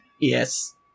Yes